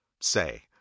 Say